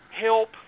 help